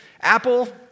Apple